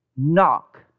Knock